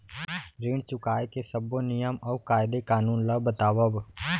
ऋण चुकाए के सब्बो नियम अऊ कायदे कानून ला बतावव